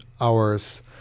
hours